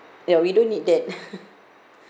ya we don't need that